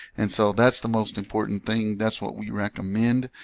and so that's the most important thing. that's what we recommend